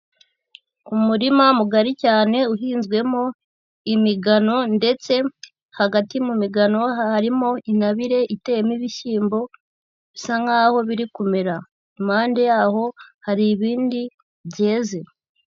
Umurima mugari cyane uhinzwemo imigano ndetse hagati mu migano harimo intabire iteyemo ibishyimbo bisa nkaho biri kumera, impande yaho hari ibindi byeze.